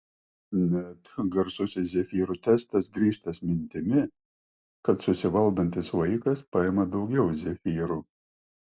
net garsusis zefyrų testas grįstas mintimi kad susivaldantis vaikas paima daugiau zefyrų